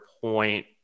point